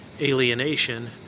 alienation